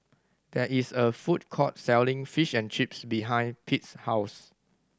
there is a food court selling Fish and Chips behind Pete's house